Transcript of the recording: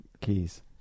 keys